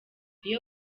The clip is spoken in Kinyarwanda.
iyo